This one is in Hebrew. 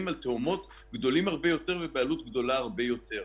על תהומות גדולים הרבה יותר ובעלות גדולה הרבה יותר.